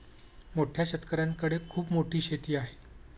मोठ्या शेतकऱ्यांकडे खूप मोठी शेती आहे